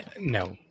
No